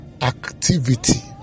activity